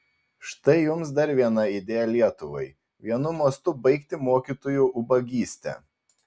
štai jums dar viena idėja lietuvai vienu mostu baigti mokytojų ubagystę